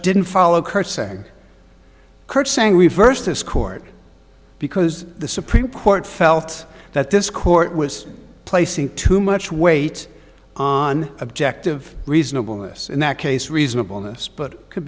didn't follow curtseying curtseying reversed this court because the supreme court felt that this court was placing too much weight on objective reasonable s in that case reasonable n'est but c